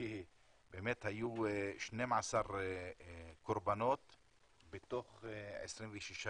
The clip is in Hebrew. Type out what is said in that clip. כי באמת היו 12 קורבנות בתוך 26 ימים.